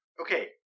Okay